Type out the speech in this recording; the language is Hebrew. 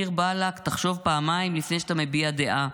דיר באלכ, תחשוב פעמיים לפני שאתה מביע דעה,